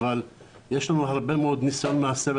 אבל יש לנו הרבה מאוד ניסיון מהסבל